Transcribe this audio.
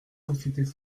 sociétés